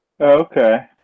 Okay